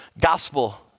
gospel